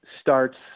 starts